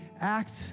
act